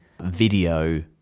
video